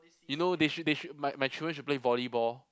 you know they should they should my my children should play volleyball